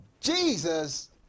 Jesus